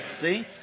See